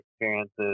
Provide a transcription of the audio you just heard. experiences